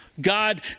God